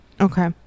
okay